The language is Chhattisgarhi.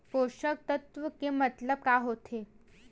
पोषक तत्व के मतलब का होथे?